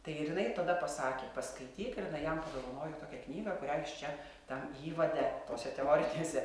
tai ir jinai tada pasakė paskaityk ir jinai jam padovanojo tokią knygą kurią jis čia tam įvade tose teorinėse